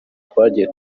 twagiye